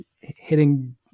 hitting